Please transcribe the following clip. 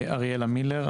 אריאלה מילר,